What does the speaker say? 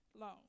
loan